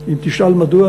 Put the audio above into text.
אם תשאל מדוע,